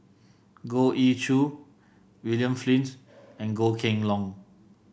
Goh Ee Choo William Flint and Goh Kheng Long